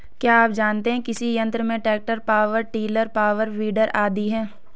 क्या आप जानते है कृषि यंत्र में tractor, power tiller, power weeder आदि है?